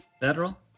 Federal